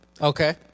Okay